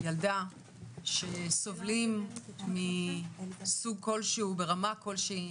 ילדה שסובלים מסוג כלשהו ברמה כלשהי